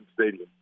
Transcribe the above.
Stadium